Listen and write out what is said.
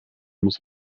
muss